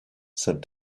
said